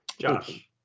Josh